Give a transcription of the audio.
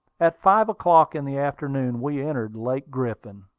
at five o'clock in the afternoon we entered lake griffin,